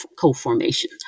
co-formation